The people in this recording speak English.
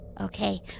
okay